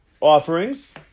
offerings